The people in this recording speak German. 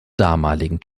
damaligen